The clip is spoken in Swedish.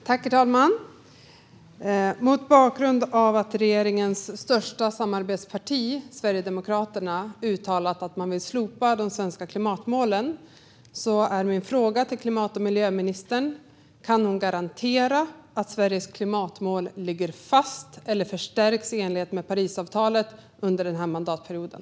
Herr talman! Mot bakgrund av att regeringens största samarbetsparti Sverigedemokraterna uttalat att man vill slopa de svenska klimatmålen är min fråga till klimat och miljöministern: Kan hon garantera att Sveriges klimatmål ligger fast eller förstärks i enlighet med Parisavtalet under den här mandatperioden?